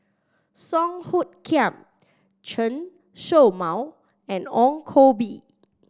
Song Hoot Kiam Chen Show Mao and Ong Koh Bee